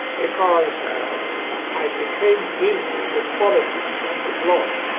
because i became busy with politics and with law,